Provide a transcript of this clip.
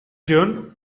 juan